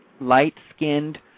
light-skinned